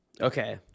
Okay